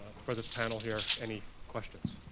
for this panel here any questions.